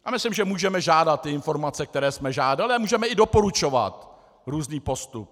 A myslím, že můžeme žádat ty informace, které jsme žádali, a můžeme i doporučovat různý postup.